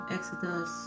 Exodus